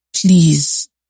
Please